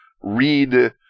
read